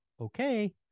okay